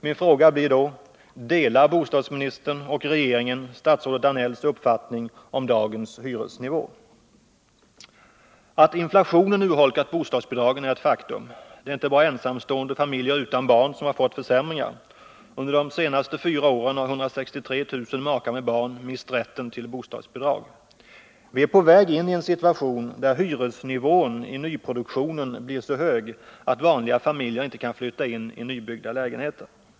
Min fråga blir då: Delar bostadsministern och regeringen statsrådet Danells uppfattning om dagens hyresnivå? Att inflationen urholkat bostadsbidragen är ett faktum. Det är inte bara ensamstående och familjer utan barn som fått försämringar. Under de senaste fyra åren har 163 000 makar med barn mist rätten till bostadsbidrag. Vi är på väg in i en situation där hyresnivån i nyproduktionen blir så hög att vanliga familjer inte kan flytta in i nybyggda lägenheter.